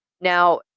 Now